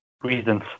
reasons